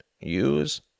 use